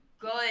good